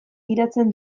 begiratzen